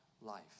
life